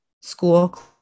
school